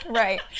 right